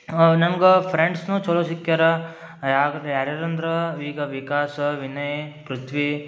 ನಂಗೆ ಫ್ರೆಂಡ್ಸ್ನು ಚಲೋ ಸಿಕ್ಯಾರ ಯಾರು ಯಾರ್ಯಾರು ಅಂದ್ರಾ ಈಗ ವಿಕಾಸ ವಿನಯ್ ಪೃಥ್ವಿ